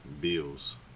bills